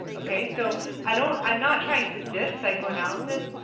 okay? so i don't i'm not trying to diss psychoanalysis.